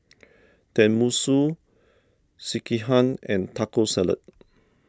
Tenmusu Sekihan and Taco Salad